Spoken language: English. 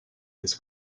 his